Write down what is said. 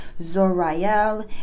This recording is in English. Zorayel